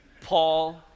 Paul